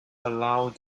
aloud